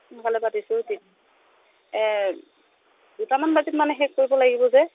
সোনকালে পাতিছোঁ তে দুটামান বজাত মানে শেষ কৰিব লাগিব যে